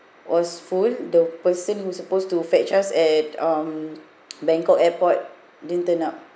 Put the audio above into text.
was full the person who's supposed to fetch us at um bangkok airport didn't turn up